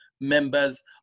members